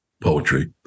poetry